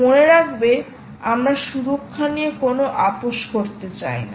মনে রাখবে আমরা সুরক্ষা নিয়ে কোনও আপস করতে চাই না